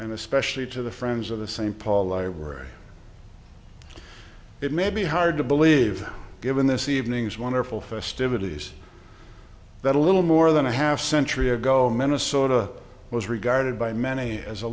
and especially to the friends of the same paul i were it may be hard to believe given this evening's wonderful festivities that a little more than a half century ago minnesota was regarded by many as a